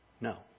No